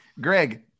Greg